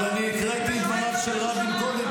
אבל אני הקראתי את דבריו של רבין קודם,